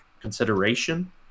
consideration